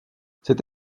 cette